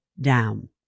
down